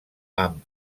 amb